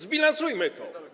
Zbilansujmy to.